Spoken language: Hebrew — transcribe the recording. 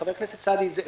חבר הכנסת סעדי,